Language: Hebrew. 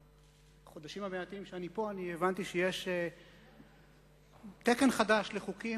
בחודשים המעטים שאני פה אני הבנתי שיש תקן חדש לחוקים,